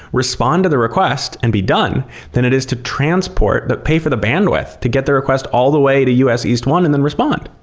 respond to the request and be done than it is to transport, but pay for the bandwidth to get the request all the way to us east one and then respond.